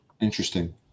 interesting